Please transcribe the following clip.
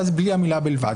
ואז בלי המילה "בלבד".